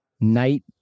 night